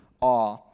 awe